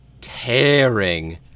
tearing